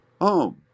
home